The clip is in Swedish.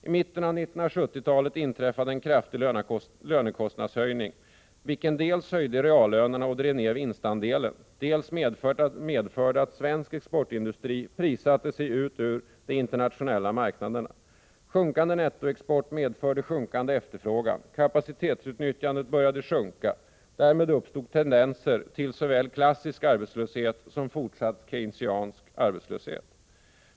I mitten av 1970-talet inträffade en kraftig lönekostnadshöjning, vilket dels höjde reallönerna och drev ned vinstandelen, dels medförde att svensk exportindustri prissatte sig ur de internationella marknaderna. Sjunkande nettoexport medförde sjunkande efterfrågan. Kapacitetsutnyttjandet började sjunka. Därmed uppstod tendenser till såväl klassisk arbetslöshet som fortsatt stigande Keynesiansk arbetslöshet.